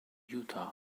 utah